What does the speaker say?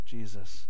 Jesus